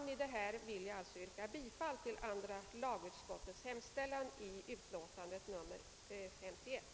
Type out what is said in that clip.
Med vad jag har sagt vill jag yrka bifall till andra lagutskottets hemställan i utlåtande nr 51.